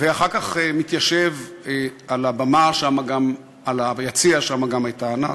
ואחר כך מתיישב על הבמה, היציע, שם גם הייתה ענת,